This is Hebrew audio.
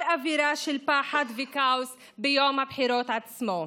אווירה של פחד וכאוס ביום הבחירות עצמו.